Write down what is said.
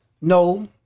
no